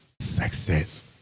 success